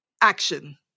action